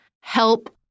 help